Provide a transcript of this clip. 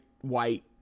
white